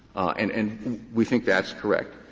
and and we think that's correct.